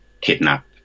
kidnap